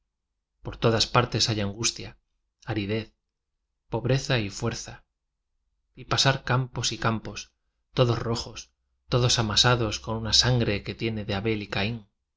por todas partes hay angustia aridez po breza y fuerza y pasar campos y campos todaar p qs todos amasados con una san gre que tiene de abe y